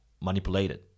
manipulated